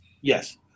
Yes